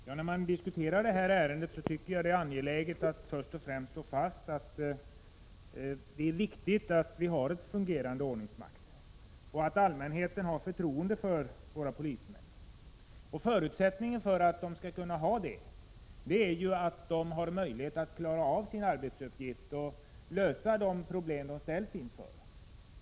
Fru talman! När det här ärendet diskuteras tycker jag att det är angeläget att först och främst slå fast att det är viktigt att vi har en fungerande ordningsmakt och att allmänheten har förtroende för våra polismän. Förutsättningen för att den skall ha det är att polismännen har möjlighet att klara av sin arbetsuppgift och lösa de problem de ställs inför.